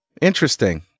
interesting